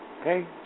Okay